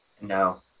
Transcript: No